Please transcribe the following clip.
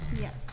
Yes